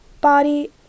body